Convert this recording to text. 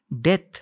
death